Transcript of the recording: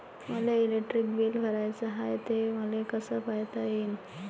मले electric bill भराचं हाय, ते मले कस पायता येईन?